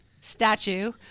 statue